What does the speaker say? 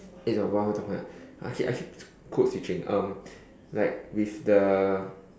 eh no what we talking about I keep I keeps code switching um like with the